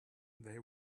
they